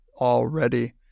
already